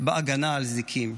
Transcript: בהגנה על זיקים.